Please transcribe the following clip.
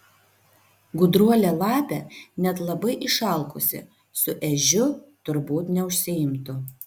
gudruolė lapė net labai išalkusi su ežiu turbūt neužsiimtų